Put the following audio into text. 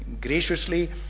graciously